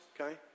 okay